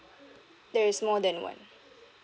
there is more than one